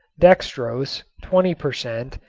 dextrose twenty per cent.